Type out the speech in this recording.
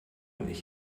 ich